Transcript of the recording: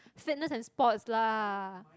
fitness and sports lah